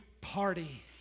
party